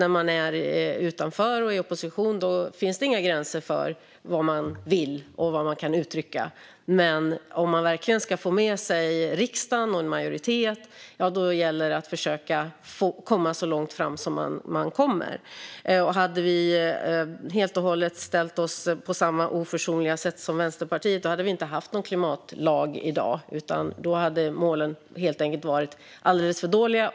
När man är utanför och i opposition finns det inga gränser för vad man vill och vad man kan uttrycka, men om man verkligen ska få med sig en majoritet i riksdagen får man försöka komma så långt fram man kan. Hade vi helt och hållet haft samma oförsonliga inställning som Vänsterpartiet hade vi inte haft någon klimatlag i dag. Då hade målen varit alldeles för dåliga.